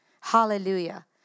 Hallelujah